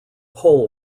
poll